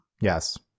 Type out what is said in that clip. yes